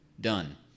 Done